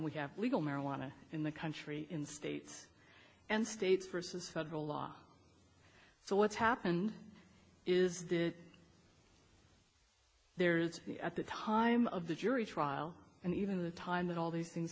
we have legal marijuana in the country in states and states versus federal law so what's happened is that there is at the time of the jury trial and even the time that all these things